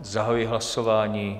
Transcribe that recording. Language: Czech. Zahajuji hlasování.